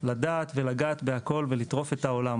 לדעת ולגעת בכול ולטרוף את העולם